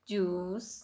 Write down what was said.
juice